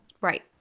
Right